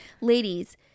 ladies